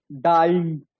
dying